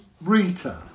Rita